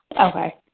Okay